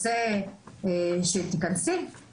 מרימה את היד ואז היא קמה והיא נחנקת והיא אומרת לי,